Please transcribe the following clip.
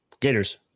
Gators